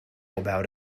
about